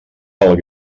pel